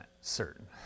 certain